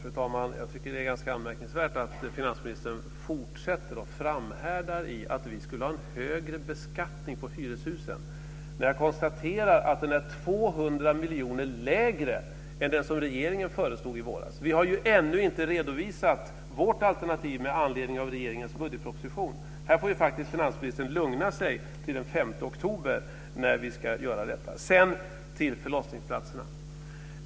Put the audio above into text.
Fru talman! Jag tycker att det är ganska anmärkningsvärt att finansministern fortsätter att framhärda i att vi skulle ha en högre beskattning på hyreshusen, när jag konstaterar att den är 200 miljoner lägre än den som regeringen föreslog i våras. Vi har ju ännu inte redovisat vårt alternativ med anledning av regeringens budgetproposition. Här får finansministern lugna sig till den 5 oktober när vi ska göra detta. Sedan gäller det förlossningsplatserna.